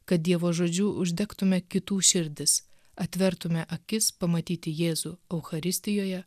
kad dievo žodžiu uždegtume kitų širdis atvertume akis pamatyti jėzų eucharistijoje